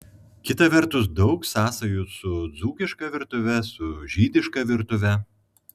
kita vertus daug sąsajų su dzūkiška virtuve su žydiška virtuve